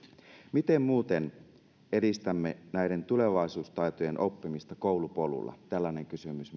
miten muuten edistämme näiden tulevaisuustaitojen oppimista koulupolulla tällainen kysymys